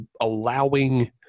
allowing